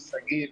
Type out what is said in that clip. שגית,